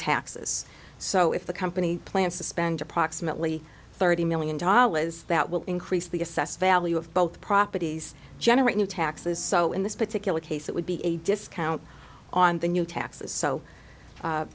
taxes so if the company plans to spend approximately thirty million dollars that will increase the assessed value of both properties generate new taxes so in this particular case it would be a discount on the new taxes so